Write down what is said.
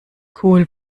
cool